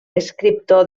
escriptor